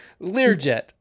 Learjet